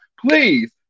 Please